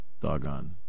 Doggone